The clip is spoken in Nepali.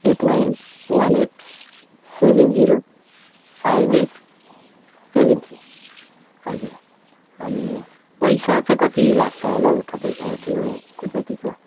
at nine one eight seven zero five eight seven three हजुर अनि पैसा चाहिँ कति लाग्छ होला हो तपाईँको त्योको जति छ